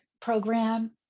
program